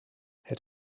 het